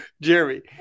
Jeremy